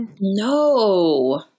No